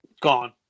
Gone